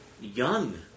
young